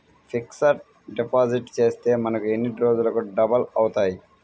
Fixed deposit చేస్తే మనకు ఎన్ని రోజులకు డబల్ అవుతాయి?